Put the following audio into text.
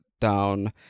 down